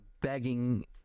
begging